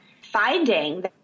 finding